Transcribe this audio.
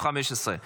מה קורה שם?